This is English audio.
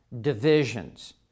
divisions